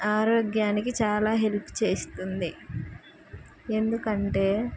ఆరోగ్యానికి చాలా హెల్ప్ చేస్తుంది ఎందుకంటే